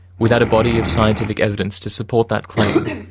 without a body of scientific evidence to support that claim,